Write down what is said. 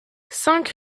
cinq